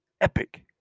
Epic